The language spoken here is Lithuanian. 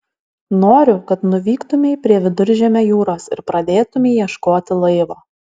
noriu kad nuvyktumei prie viduržemio jūros ir pradėtumei ieškoti laivo